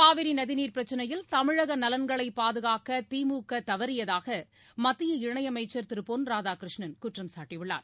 காவிரி நதிநீர் பிரச்னையில் தமிழக நலன்களை பாதுகாக்க திமுக தவறியதாக மத்திய இணையமைச்சர் திரு பொன் ராதாகிருஷ்ணன் குற்றம் சாட்டியுள்ளார்